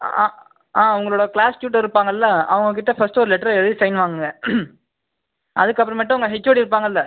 ஆ ஆ உங்களோட class tutor இருப்பாங்கல்ல அவங்ககிட்ட ஃபஸ்ட் ஒரு லெட்ரு எழுதி சைன் வாங்குங்கள் அதுக்கப்புறமேட்டு உங்கள் ஹெச்ஓடி இருப்பாங்கல்ல